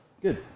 Good